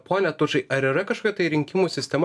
pone tučai ar yra kažkokia tai rinkimų sistema